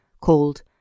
called